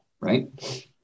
right